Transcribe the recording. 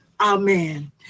Amen